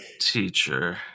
teacher